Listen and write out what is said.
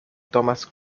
thomas